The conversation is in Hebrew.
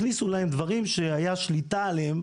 הכניסו להם דברים שהיה שליטה עליהם